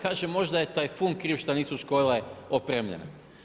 Kaže, možda je tajfun kriv što nisu škole opremljene.